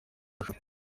bajura